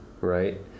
right